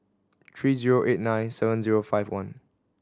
three zero eight nine seven zero five one